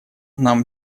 нам